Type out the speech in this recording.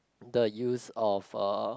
the use of uh